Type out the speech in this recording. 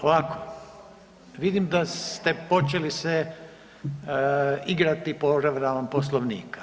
Ovako, vidim da ste počeli se igrati povredama Poslovnika.